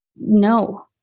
No